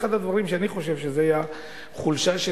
אחד הדברים שאני חושב שהיה חולשה של